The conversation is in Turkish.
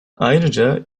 ayrıca